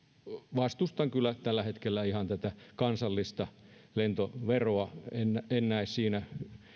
vastustan kyllä tällä hetkellä ihan tätä kansallista lentoveroa en näe siinä